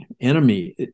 enemy